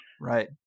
Right